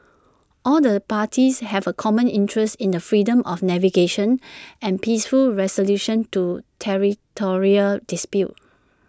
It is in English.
all the parties have A common interest in the freedom of navigation and peaceful resolution to territorial disputes